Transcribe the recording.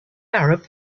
arab